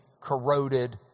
corroded